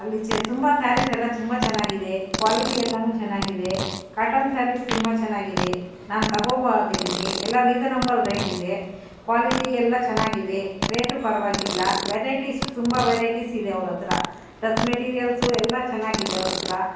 ಅಲ್ಲಿ ತುಂಬ ಸ್ಯಾರೀಸ್ ಎಲ್ಲ ತುಂಬ ಚೆನ್ನಾಗಿದೆ ಕ್ವಾಲಿಟಿ ಎಲ್ಲನು ಚೆನ್ನಾಗಿದೆ ಕಾಟನ್ ಸಾರೀಸ್ ತುಂಬ ಚೆನ್ನಾಗಿದೆ ನಾನು ತಗೋಬಂದಿದ್ದೀನಿ ಎಲ್ಲ ರೀಸನೇಬಲ್ ರೇಟ್ ಇದೆ ಕ್ವಾಲಿಟಿ ಎಲ್ಲ ಚೆನ್ನಾಗಿವೆ ರೇಟು ಪರವಾಗಿಲ್ಲ ವೆರೈಟಿಸು ತುಂಬ ವೆರೈಟಿಸ್ ಇದೆ ಅವ್ರ ಹತ್ರ ಡ್ರೆಸ್ ಮಟೀರಿಯಲ್ಸು ಎಲ್ಲ ಚೆನ್ನಾಗಿದೆ ಅವ್ರ ಹತ್ರ